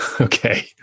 Okay